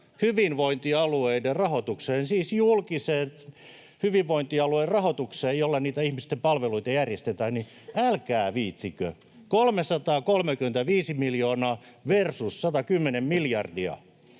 hyvinvointialueiden rahoitukseen, siis julkiseen hyvinvointialuerahoitukseen, jolla niitä ihmisten palveluita järjestetään, joten älkää viitsikö — 335 miljoonaa versus 110 miljardia.